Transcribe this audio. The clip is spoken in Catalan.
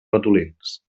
ratolins